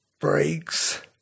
breaks